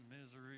misery